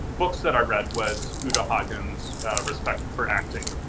books that i read was uta hagen's respect for acting.